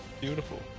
Beautiful